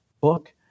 book